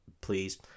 please